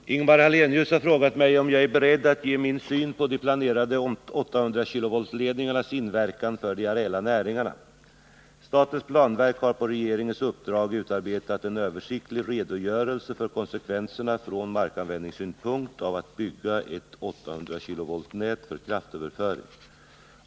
Herr talman! Ingemar Hallenius har frågat mig om jag är beredd att ge min syn på de planerade 800 kV-ledningarnas inverkan för de areella näringarna. Statens planverk har på regeringens uppdrag utarbetat en översiktlig redogörelse för konsekvenserna från markanvändningssynpunkt av att bygga ett 800 kV-nät för kraftöverföring.